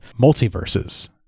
multiverses